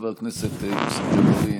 חבר הכנסת יוסף ג'בארין,